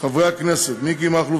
חברי הכנסת מכלוף